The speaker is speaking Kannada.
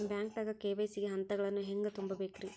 ಬ್ಯಾಂಕ್ದಾಗ ಕೆ.ವೈ.ಸಿ ಗ ಹಂತಗಳನ್ನ ಹೆಂಗ್ ತುಂಬೇಕ್ರಿ?